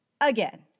Again